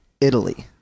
Italy